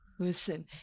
Listen